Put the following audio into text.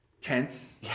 tense